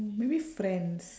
maybe friends